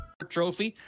trophy